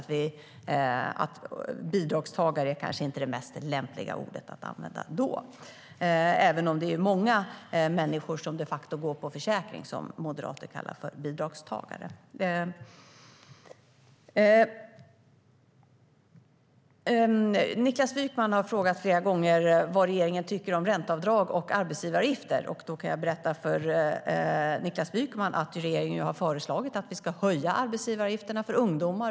Men det är visserligen många människor som de facto går på försäkring som Moderaterna kallar bidragstagare. Niklas Wykman har flera gånger frågat vad regeringen tycker om ränteavdrag och arbetsgivaravgifter. Jag kan berätta för Niklas Wykman att regeringen har föreslagit att vi ska höja arbetsgivaravgifterna för ungdomarna.